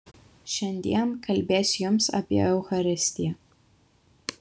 šiandien kalbėsiu jums apie eucharistiją